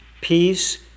peace